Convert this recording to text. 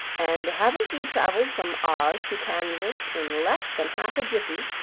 and haven't you traveled from oz to kansas in less than half a jiffy,